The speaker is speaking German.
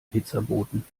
pizzaboten